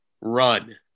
run